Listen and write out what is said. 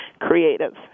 creative